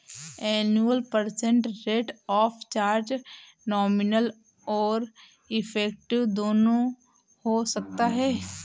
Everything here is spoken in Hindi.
annual percent rate of charge nominal और इफेक्टिव दोनों हो सकता है